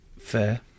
Fair